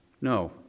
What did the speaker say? No